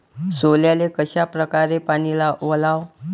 सोल्याले कशा परकारे पानी वलाव?